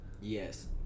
Yes